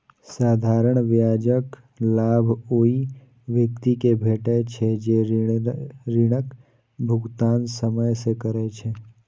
साधारण ब्याजक लाभ ओइ व्यक्ति कें भेटै छै, जे ऋणक भुगतान समय सं करै छै